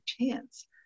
chance